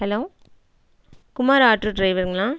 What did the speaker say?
hello Kumar auto டிரைவருங்களா